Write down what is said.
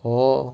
oh